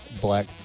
black